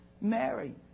Mary